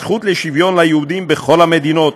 זכות לשוויון ליהודים בכל המדינות,